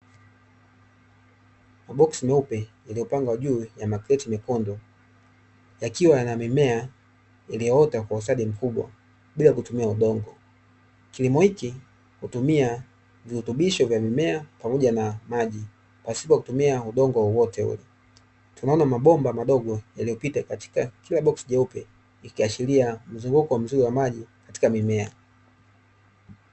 Maboksi meupe yaliyopangwa juu ya makreti mekundu, yakiwa na mimea iliyoota kwa ustadi mkubwa bila kutumia udongo. Kilimo hiki hutumia virutubisho vya mimea pamoja na maji pasipo kutumia udongo wowote ule. Tunaona mabomba madogo yaliyopita katika kila boksi jeupe ikiashiria mzunguko mzuri wa maji katika mimea.